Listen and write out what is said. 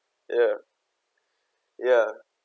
ya ya